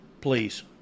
please